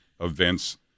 events